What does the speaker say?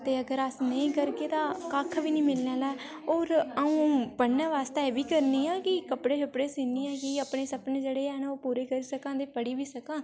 ते अगर अस नेईं करगे तां कक्ख बी निं मिलने आह्ला ऐ होर अ'ऊं पढ़ने वास्तै एह् बी करनी आं के कपड़े शपड़े सीन्नी आं कि अपने सपने जेह्ड़े हैन पूरे करी सकां ते पढ़ी बी सकां